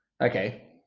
Okay